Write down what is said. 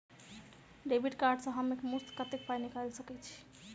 Debit card सँ हम एक मुस्त कत्तेक पाई निकाल सकय छी?